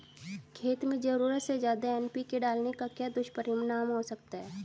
खेत में ज़रूरत से ज्यादा एन.पी.के डालने का क्या दुष्परिणाम हो सकता है?